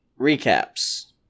Recaps